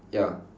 ya